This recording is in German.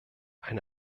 eine